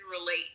relate